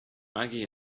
maggie